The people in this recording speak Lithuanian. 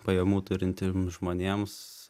pajamų turintiem žmonėms